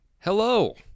Hello